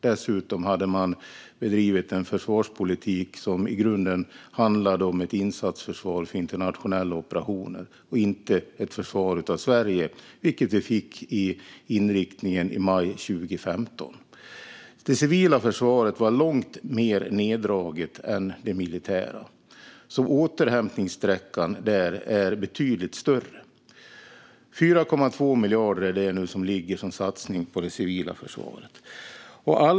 Dessutom hade man bedrivit en försvarspolitik som i grunden handlade om ett insatsförsvar för internationella operationer och inte ett försvar av Sverige, vilket vi fick i och med inriktningen i maj 2015. Det civila försvaret var långt mer neddraget än det militära, så återhämtningssträckan där är betydligt längre. 4,2 miljarder är det som nu ligger som satsning på det civila försvaret.